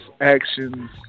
actions